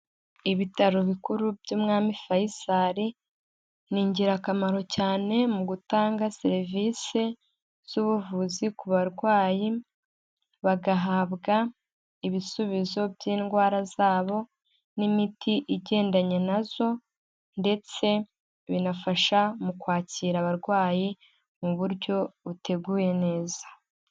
Ibitaro bikuru by'Umwami Faisal ni ingirakamaro cyane mu gutanga serivise z'ubuvuzi ku barwayi, bagahabwa ibisubizo by'indwara zabo n'imiti igendanye na zo, ndetse binafasha mu kwakira abarwayi mu buryo buteguye neza.